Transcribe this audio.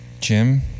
Jim